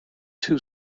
two